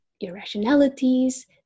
irrationalities